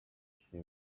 she